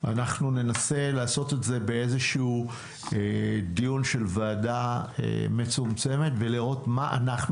אנחנו ננסה לעשות את זה באיזשהו דיון של ועדה מצומצמת ולראות מה אנחנו